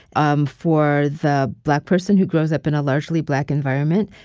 um for the black person who grows up in a largely black environment,